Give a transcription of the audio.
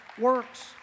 works